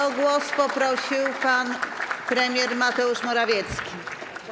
O głos poprosił pan premier Mateusz Morawiecki.